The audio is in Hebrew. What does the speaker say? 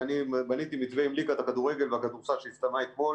ואני בניתי מתווה עם ליגת הכדורגל והכדורסל שהסתיימה אתמול